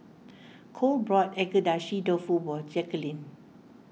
Cole bought Agedashi Dofu for Jacquelynn